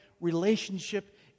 relationship